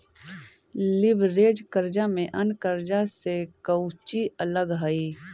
Leverage कर्जा में अन्य कर्जा से कउची अलग हई?